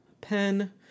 pen